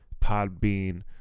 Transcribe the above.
Podbean